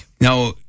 now